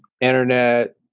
internet